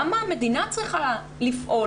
גם המדינה צריכה לפעול.